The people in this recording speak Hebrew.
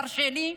צריך לסיים.